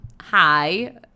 hi